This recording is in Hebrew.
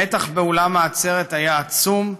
המתח באולם העצרת היה עצום,